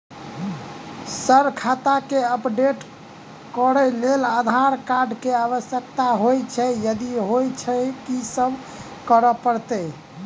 Sir खाता केँ update करऽ लेल आधार कार्ड केँ आवश्यकता होइ छैय यदि होइ छैथ की सब करैपरतैय?